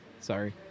sorry